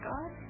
God